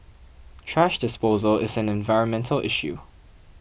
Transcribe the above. thrash disposal is an environmental issue